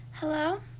Hello